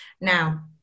Now